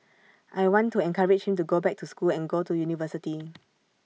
I want to encourage him to go back to school and go to university